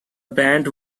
band